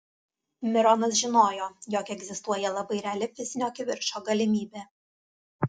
mironas žinojo jog egzistuoja labai reali fizinio kivirčo galimybė